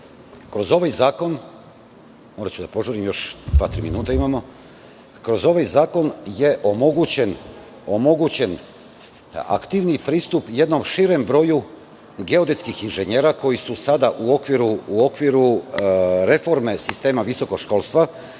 kroz ovaj zakon je omogućen aktivniji pristup jednom širem broju geodetskih inženjera koji su sada u okviru reforme sistema visokoškolstva